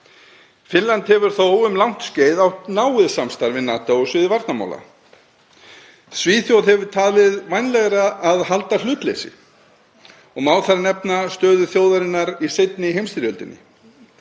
Finnland hefur þó um langt skeið átt náið samstarf við NATO á sviði varnarmála. Svíþjóð hefur talið vænlegra að halda hlutleysi. Má þar nefna stöðu þjóðarinnar í seinni heimsstyrjöldinni.